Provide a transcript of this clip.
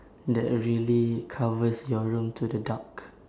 that really covers your room to the dark